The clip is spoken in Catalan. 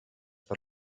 per